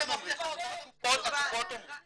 לא אנחנו אומרים, הקופות אומרות.